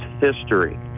history